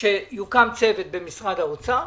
שיוקם צוות במשרד האוצר,